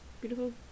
Beautiful